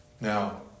Now